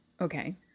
Okay